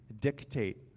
dictate